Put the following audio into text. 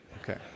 Okay